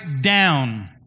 down